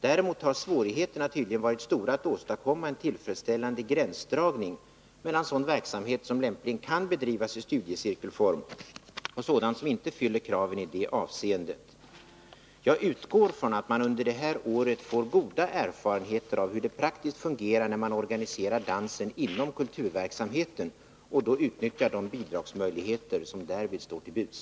Däremot har svårigheterna tydligen varit stora att åstadkomma en tillfredsställande gränsdragning mellan sådan verksamhet som lämpligen kan bedrivas i studiecirkelform och sådan som inte fyller kraven i det avseendet. Jag utgår från att man under det här året får goda erfarenheter av hur det praktiskt fungerar när man organiserar dansen inom kulturverksamheten och utnyttjar de bidragsmöjligheter som därvid står till buds.